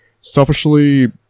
selfishly